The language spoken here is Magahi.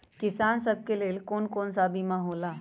किसान सब के लेल कौन कौन सा बीमा होला?